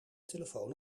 telefoon